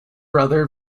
brother